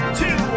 two